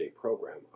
program